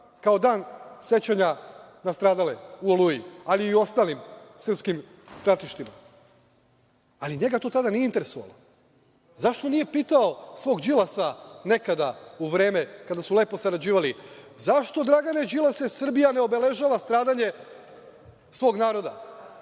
kao Dan sećanja na stradale u "Oluji", ali i u ostalim srpskim stratištima. Ali, njega to tada nije interesovalo. Zašto nije pitao svog Đilasa, nekada, u vreme kada su lepo sarađivali, zašto Dragane Đilase Srbija ne obeležava stradanje svog naroda?